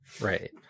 Right